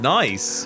nice